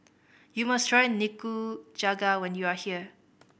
you must try Nikujaga when you are here